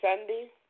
Sunday